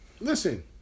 Listen